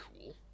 cool